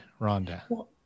Rhonda